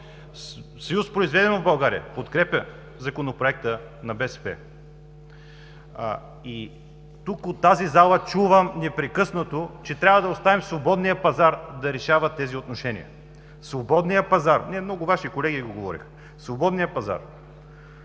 Съюз „Произведено в България“ подкрепя Законопроекта на БСП и тук, от тази зала, чувам непрекъснато, че трябва да оставим свободния пазар да решава тези отношения. (Реплика от ГЕРБ.) Не, много Ваши колеги го говорят. Свободният пазар,